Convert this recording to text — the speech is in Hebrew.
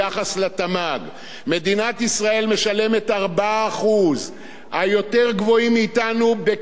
מדינת ישראל משלמת 4%. היותר-גבוהים מאתנו בכל מדינות ה-OECD,